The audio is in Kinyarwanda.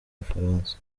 bufaransa